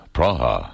Praha